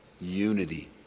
unity